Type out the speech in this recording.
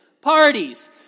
parties